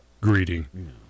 greeting